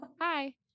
hi